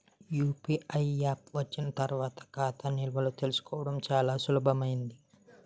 UPI apps వచ్చిన తర్వాత ఖాతా నిల్వలు తెలుసుకోవడం చాలా సులభమైంది